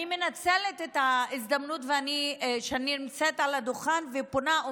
אני מנצלת את ההזדמנות שבה אני נמצאת על הדוכן ופונה,